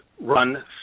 Run